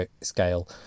scale